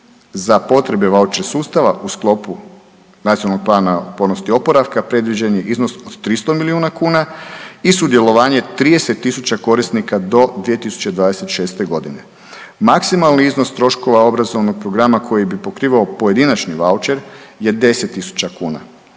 Za potrebe vaučer sustava u sklopu Nacionalnog plana otpornosti i oporavka predviđen je iznos od 300 milijuna kuna i sudjelovanje 30.000 korisnika do 2026.g. Maksimalni iznos troškova obrazovnog programa koji bi pokrivao pojedinačni vaučer je 10.000 kuna.